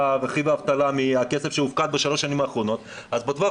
האבטלה מהכסף שהופקד בשלוש השנים האחרונות אז בטווח